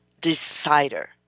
decider